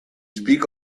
speak